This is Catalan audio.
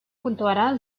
puntuarà